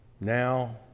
now